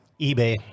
eBay